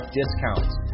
discounts